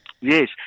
Yes